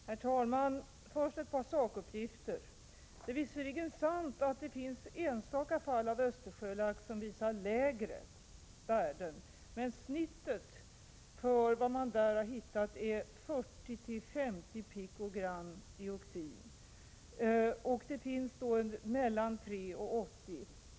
Herr talman! Först ett par sakuppgifter. Det är visserligen sant att det finns enstaka fall av Östersjölax som visar lägre värden, men i genomsnitt har man hittat 40 till 50 pikogram dioxin; de värden man har hittat ligger mellan 3 och 80.